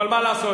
אבל מה לעשות,